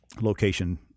location